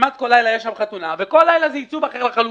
שכמעט בכל לילה יש שם חתונה ובכל לילה יש שם עיצוב אחר לחלוטין.